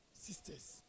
sisters